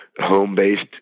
home-based